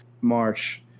March